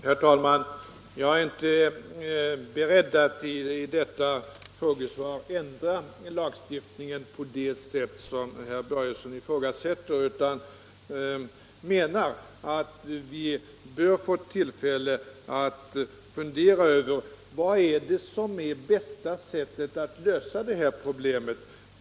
Herr talman! Jag är inte beredd att i samband med detta frågesvar Om skyldigheten tillstyrka att lagen ändras på det sätt som herr Börjesson avser utan menar = att erlägga att vi bör få tillfälle att fundera över bästa sättet att lösa problemet.